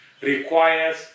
requires